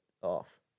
off